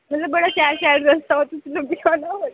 चलो बड़ा शैल शैल रस्ता तुसेंगी लब्भी जाना